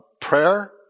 prayer